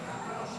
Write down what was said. נתקבלה.